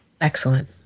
Excellent